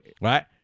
Right